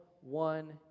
one